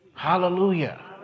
Hallelujah